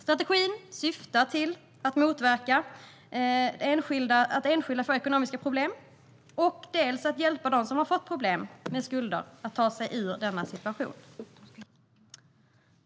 Strategins syfte är dels att motverka att enskilda får ekonomiska problem, dels att hjälpa dem som fått problem med skulder att ta sig ur den situationen.